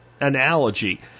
analogy